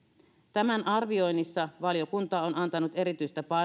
tämän arvioinnissa valiokunta on antanut erityistä